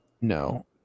No